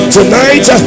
Tonight